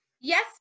Yes